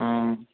हूँ